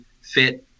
fit